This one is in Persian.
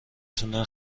تونه